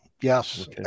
yes